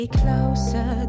closer